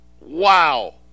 wow